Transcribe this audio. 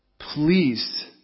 please